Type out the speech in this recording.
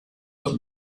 that